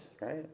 right